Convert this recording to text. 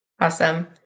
Awesome